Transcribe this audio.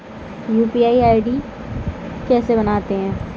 UPI ID कैसे बनाते हैं?